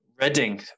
Reading